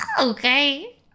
Okay